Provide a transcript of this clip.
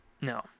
No